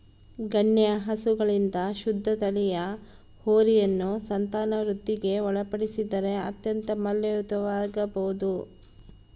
ಗಣ್ಯ ಹಸುಗಳಿಂದ ಶುದ್ಧ ತಳಿಯ ಹೋರಿಯನ್ನು ಸಂತಾನವೃದ್ಧಿಗೆ ಒಳಪಡಿಸಿದರೆ ಅತ್ಯಂತ ಮೌಲ್ಯಯುತವಾಗಬೊದು